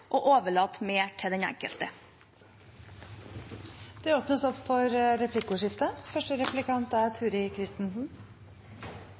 og overlate mer til den enkelte. Det blir replikkordskifte.